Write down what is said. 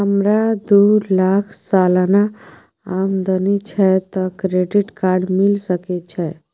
हमरा दू लाख सालाना आमदनी छै त क्रेडिट कार्ड मिल सके छै?